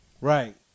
Right